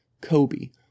Kobe